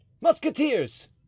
musketeers